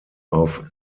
auf